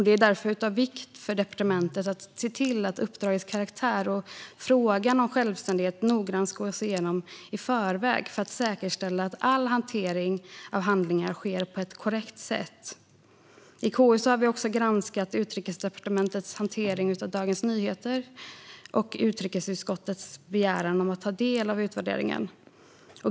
Det är därför av vikt att departementet ser till att uppdragets karaktär och frågan om självständighet noggrant gås igenom i förväg, för att säkerställa att all hantering av handlingar sker på ett korrekt sätt. KU har också granskat Utrikesdepartementets hantering av Dagens Nyheters och utrikesutskottets begäran om att ta del av utvärderingen.